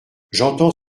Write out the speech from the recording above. j’entends